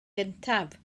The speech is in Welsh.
gyntaf